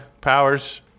powers